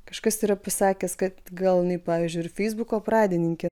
kažkas yra pasakęs kad gal jinai pavyzdžiui ir feisbuko pradininkė